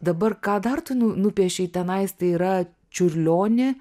dabar ką dar tu nu nupiešei tenais tai yra čiurlionį